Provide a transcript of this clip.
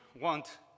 want